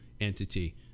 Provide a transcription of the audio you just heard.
entity